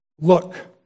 look